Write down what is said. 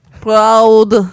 Proud